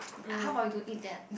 how about you don't eat that